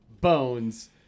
bones